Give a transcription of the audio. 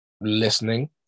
listening